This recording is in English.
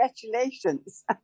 congratulations